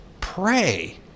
pray